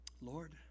Lord